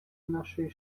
нашої